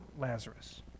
Lazarus